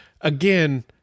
again